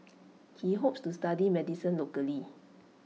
he hopes to study medicine locally